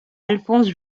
alphonse